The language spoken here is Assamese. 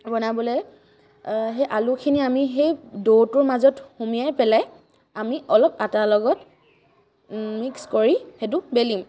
বনাবলৈ সেই আলুখিনি আমি সেই ডোটোৰ মাজত সোমোৱাই পেলাই আমি অলপ আটা লগত মিক্স কৰি সেইটো বেলিম